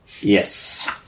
Yes